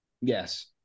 Yes